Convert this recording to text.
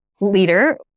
leader